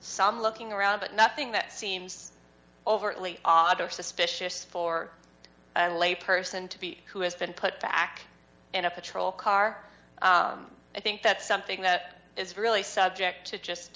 some looking around but nothing that seems overly odd or suspicious for a person to be who has been put back in a patrol car i think that's something that is really subject to just